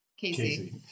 Casey